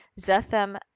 Zethem